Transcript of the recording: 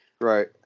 Right